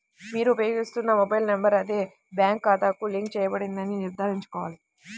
మీరు ఉపయోగిస్తున్న mobile number అదే బ్యాంక్ ఖాతాకు లింక్ చేయబడిందని నిర్ధారించుకోవాలి